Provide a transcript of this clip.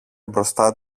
μπροστά